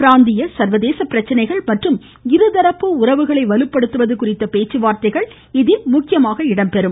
பிராந்திய சர்வதேச பிரச்சினைகள் மற்றும் இருதரப்பு உறவுகளை வலுப்படுத்துவது குறித்த பேச்சுவார்த்தைகள் இதில் இடம்பெறும்